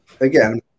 again